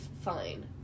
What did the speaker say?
fine